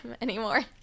anymore